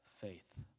faith